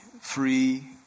free